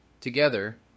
Together